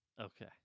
Okay